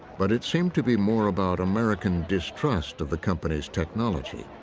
but it seemed to be more about american distrust of the company's technology.